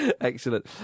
Excellent